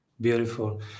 Beautiful